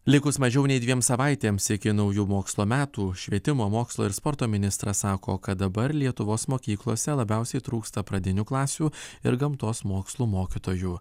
likus mažiau nei dviem savaitėms iki naujų mokslo metų švietimo mokslo ir sporto ministras sako kad dabar lietuvos mokyklose labiausiai trūksta pradinių klasių ir gamtos mokslų mokytojų